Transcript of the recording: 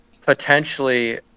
Potentially